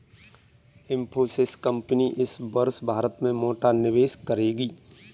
Infosys company इस वर्ष भारत में मोटा निवेश करेगी